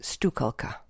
Stukalka